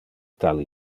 tal